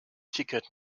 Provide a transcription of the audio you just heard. ticket